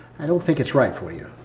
i don't think it's right for you.